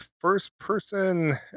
first-person